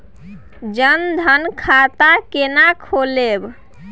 जनधन खाता केना खोलेबे?